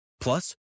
Plus